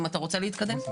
אם אתה רוצה להתקדם.